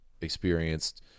experienced